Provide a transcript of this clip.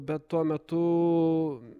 bet tuo metu